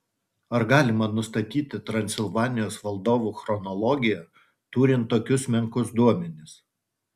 ar galima nustatyti transilvanijos valdovų chronologiją turint tokius menkus duomenis